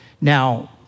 Now